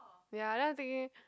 ya then I thinking